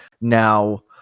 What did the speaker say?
Now